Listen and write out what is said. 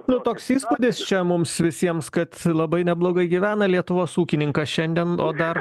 nu toks įspūdis čia mums visiems kad labai neblogai gyvena lietuvos ūkininkai šiandien o dar